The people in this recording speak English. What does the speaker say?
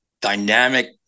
dynamic